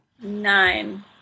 Nine